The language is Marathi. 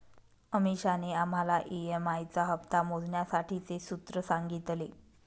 अमीषाने आम्हाला ई.एम.आई चा हप्ता मोजण्यासाठीचे सूत्र सांगितले